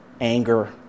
anger